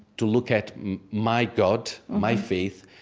to look at my god, my faith.